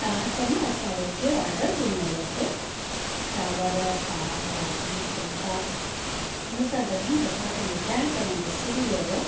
तव्हांखे न असां रोटीअ जो ऑर्डर ॾिनो हुओसीं चांवर दाल भाॼी फुल्का हुन सां गॾु न असांखे मिठाणु चवणु विसरी वियो हुओ